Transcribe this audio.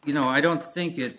you know i don't think